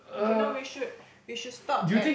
okay no we should we should stop at